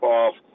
off